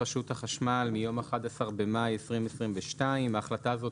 רשות החשמל מיום 11 במאי 2022. ההחלטה הזאת,